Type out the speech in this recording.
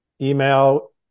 email